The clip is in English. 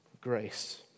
grace